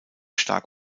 stark